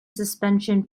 suspension